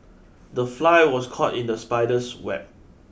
the fly was caught in the spider's web